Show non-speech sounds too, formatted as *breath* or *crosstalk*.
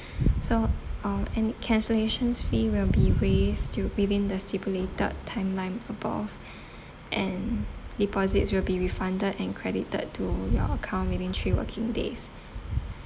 *breath* so um any cancellations fee will be waived to within the stipulated timeline above *breath* and deposits will be refunded and credited to your account within three working days